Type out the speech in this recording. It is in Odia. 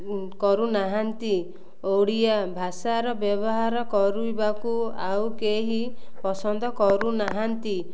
କରୁନାହାନ୍ତି ଓଡ଼ିଆ ଭାଷାର ବ୍ୟବହାର କରିବାକୁ ଆଉ କେହି ପସନ୍ଦ କରୁନାହାନ୍ତି